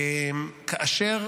כאשר